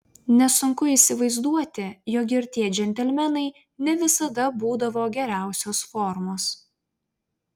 nesunku įsivaizduoti jog ir tie džentelmenai ne visada būdavo geriausios formos